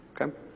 Okay